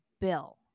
bill